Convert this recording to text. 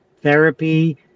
therapy